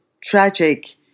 tragic